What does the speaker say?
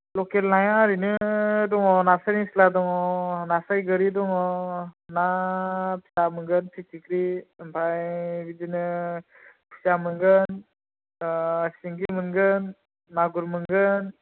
लखेल नाया ओरैनो दङ नास्राय निसोला दङ नास्राय गोरि दङ ना फिसा मोनगोन फिथिक्रि ओमफ्राय बिदिनो खुसिया मोनगोन सिंगि मोनगोन मागुर मोनगोन